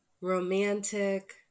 romantic